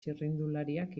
txirrindulariak